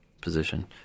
position